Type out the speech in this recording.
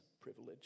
privilege